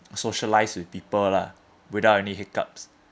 socialise with people lah without any hiccups